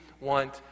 want